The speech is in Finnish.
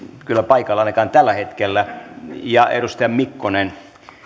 kyllä paikalla ainakaan tällä hetkellä ja mikkonen